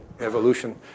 evolution